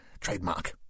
Trademark